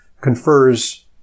confers